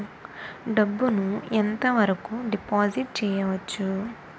డబ్బు ను ఎంత వరకు డిపాజిట్ చేయవచ్చు?